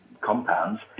compounds